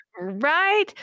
Right